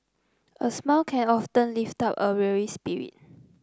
a smile can often lift up a weary spirit